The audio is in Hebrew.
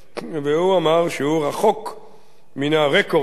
הוא אמר שהוא רחוק מן הרקורד שלהם.